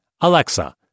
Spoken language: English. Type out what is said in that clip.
Alexa